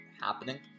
happening